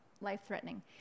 life-threatening